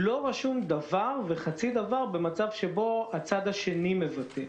לא כתוב דבר או חצי דבר לגבי מצב שבו הצד השני מבטל.